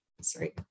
sorry